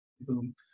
boom